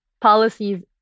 policies